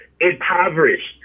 Impoverished